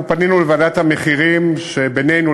אנחנו פנינו לוועדת המחירים שבינינו